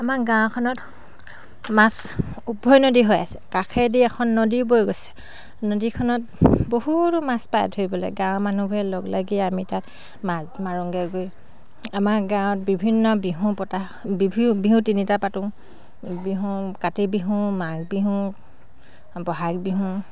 আমাৰ গাঁওখনত মাছ উভৈনদী হৈ আছে কাষেদি এখন নদী বৈ গৈছে নদীখনত বহুতো মাছ পায় ধৰিবলৈ গাঁৱৰ মানুহবোৰে লগ লাগি আমি তাত মাছ মাৰোগৈ গৈ আমাৰ গাঁৱত বিভিন্ন বিহু পতা বিহু তিনিটা পাতোঁ বিহু কাতি বিহু মাঘ বিহু বহাগ বিহু